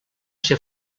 ser